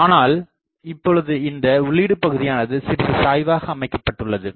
ஆனால் இப்பொழுது இந்த உள்ளீடு பகுதியானது சிறிது சாய்வாக அமைக்கப்பட்டுள்ளது